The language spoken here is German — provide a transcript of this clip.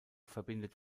verbindet